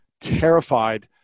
terrified